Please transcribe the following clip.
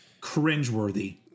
cringeworthy